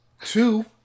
two